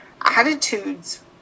attitudes